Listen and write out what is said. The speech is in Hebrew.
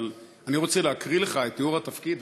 אבל אני רוצה להקריא לך את תיאור התפקיד,